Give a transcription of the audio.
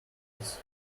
days